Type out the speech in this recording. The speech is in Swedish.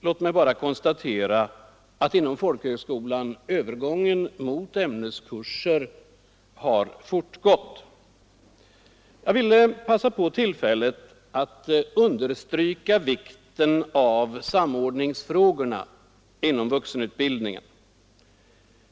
Låt mig bara konstatera att inom folkhögskolan övergången mot ämneskurser har fortgått. Jag vill begagna tillfället att understryka vikten av samordningsfrågorna inom vuxenutbildningen.